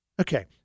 Okay